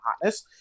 hotness